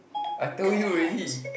I told you already